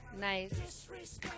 Nice